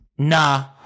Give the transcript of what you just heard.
Nah